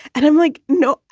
and i'm like, no,